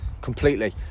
Completely